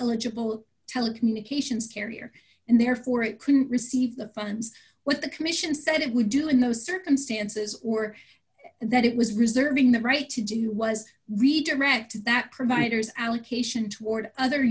eligible telecommunications carrier and therefore it couldn't receive the funds what the commission said it would do in those circumstances or that it was reserving the right to do was redirect that provider's allocation toward other